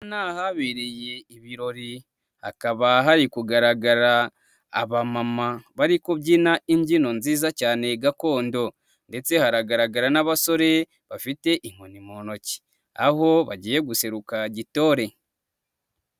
Aha ni ahabiriye ibirori, hakaba hari kugaragara abamama bari kubyina imbyino nziza cyane gakondo ndetse haragaragara n'abasore bafite inkoni mu ntoki, aho bagiye guseruka gitore.